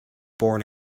born